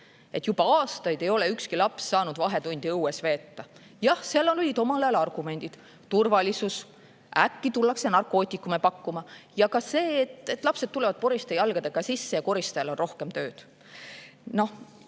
Juba aastaid ei ole ükski laps saanud vahetundi õues veeta. Jah, seal olid omal ajal argumendid: turvalisus – äkki tullakse narkootikume pakkuma – ja ka see, et lapsed tulevad poriste jalgadega sisse ja koristajal on rohkem tööd. Me